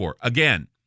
Again